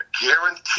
guarantee